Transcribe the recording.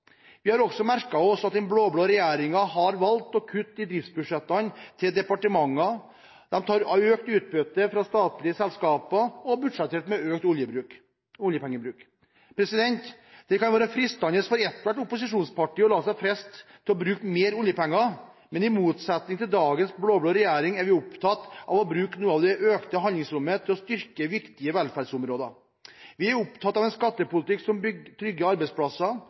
Vi har også merket oss at den blå-blå regjeringen har valgt å kutte i driftsbudsjettene til departementene, de tar økt utbytte fra statlige selskaper og har budsjettert med økt oljepengebruk. Det kan være fristende for ethvert opposisjonsparti å la seg friste til å bruke mer oljepenger, men i motsetning til dagens blå-blå regjering er vi opptatt av å bruke noe av det økte handlingsrommet til å styrke viktige velferdsområder. Vi er opptatt av en skattepolitikk som trygger arbeidsplasser,